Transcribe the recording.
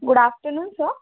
good afternoon sir